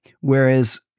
Whereas